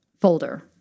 folder